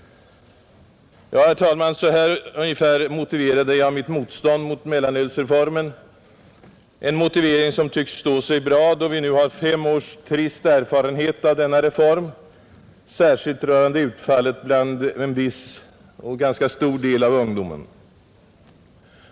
Herr talman! Ungefär så här motiverade jag mitt motstånd mot mellanölsreformen, en motivering som tycks stå sig bra, då vi nu har fem års trist erfarenhet av denna reform, särskilt rörande utfallet bland en viss och ganska stor del av ungdomen.